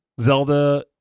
Zelda